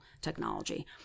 technology